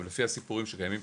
אבל לפי הסיפורים שלימים,